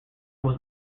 was